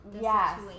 Yes